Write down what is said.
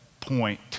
point